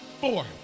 four